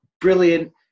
brilliant